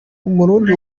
umurundi